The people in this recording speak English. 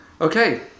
Okay